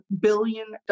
billion